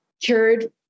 cured